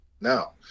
Now